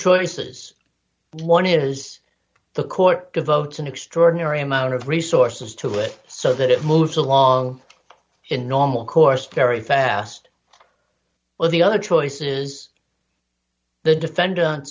choices one is the court devote an extraordinary amount of resources to it so that it moves along in a normal course very fast while the other choices the defendant